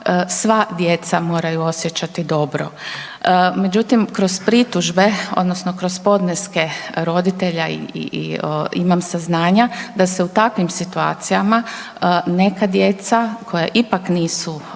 sva djeca moraju osjećati dobro. Međutim kroz pritužbe odnosno kroz podneske roditelja i, imam saznanja da se u takvim situacijama neka djeca koja ipak nisu inače